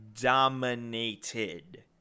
dominated